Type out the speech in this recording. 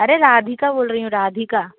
अरे राधिका बोल रही हूँ राधिका